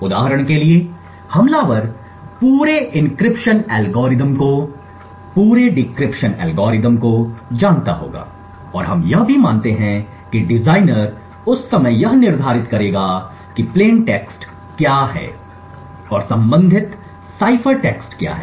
उदाहरण के लिए हमलावर पूरे एन्क्रिप्शन एल्गोरिदम को पूरी डिक्रिप्शन एल्गोरिथ्म को जानता होगा और हम यह भी मानते हैं कि डिज़ाइनर उस समय यह निर्धारित करेगा कि प्लेन टेक्स्ट क्या है और संबंधित साइफर टेक्स्ट क्या है